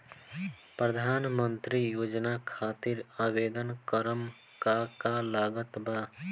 प्रधानमंत्री योजना खातिर आवेदन करम का का लागत बा?